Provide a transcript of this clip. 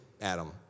Adam